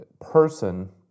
person